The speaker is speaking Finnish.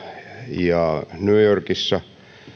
ja new yorkissa